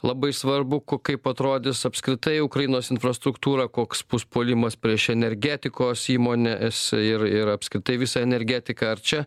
labai svarbu ko kaip atrodys apskritai ukrainos infrastruktūra koks bus puolimas prieš energetikos įmones ir ir apskritai visa energetika ar čia